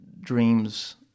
dreams